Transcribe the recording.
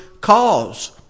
cause